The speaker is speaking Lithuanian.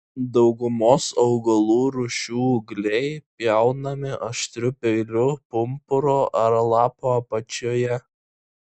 daugumos augalų rūšių ūgliai pjaunami aštriu peiliu pumpuro ar lapo apačioje